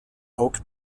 oak